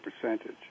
percentage